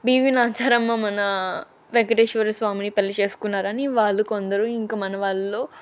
BB Nancharamma మన వేంకటేశ్వర స్వామిని పెళ్ళి చేసుకున్నారనీ వాళ్ళు కొందరు ఇంక మన వాళ్ళో